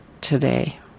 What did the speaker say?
today